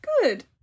Good